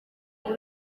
muri